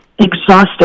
exhausted